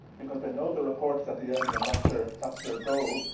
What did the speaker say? because they know the reports at the end and that's their that's their goal.